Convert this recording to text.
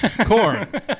Corn